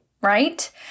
right